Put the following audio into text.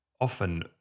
often